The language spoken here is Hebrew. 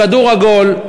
הכדור עגול,